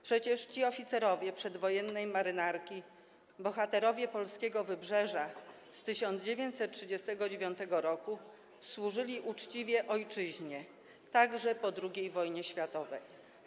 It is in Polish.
Przecież ci oficerowie przedwojennej marynarki, bohaterowie polskiego Wybrzeża z 1939 r. służyli uczciwie ojczyźnie także po II wojnie światowej.